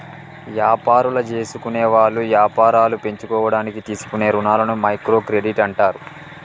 యాపారాలు జేసుకునేవాళ్ళు యాపారాలు పెంచుకోడానికి తీసుకునే రుణాలని మైక్రో క్రెడిట్ అంటారు